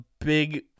big